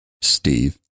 Steve